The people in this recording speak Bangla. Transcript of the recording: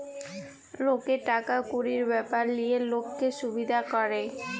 লকের টাকা কুড়ির ব্যাপার লিয়ে লক্কে সুবিধা ক্যরে